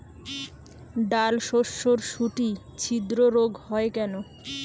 ডালশস্যর শুটি ছিদ্র রোগ হয় কেন?